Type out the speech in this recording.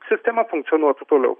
sistema funkcionuotų toliau